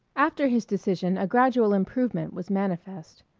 after his decision a gradual improvement was manifest.